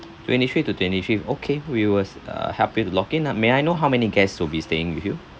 twenty-fifth to twenty-fifth okay we was uh help you to lock-in uh may I know how many guests will be staying with you